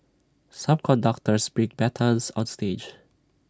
some conductors bring batons on stage